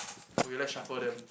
okay let's shuffle them